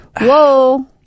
Whoa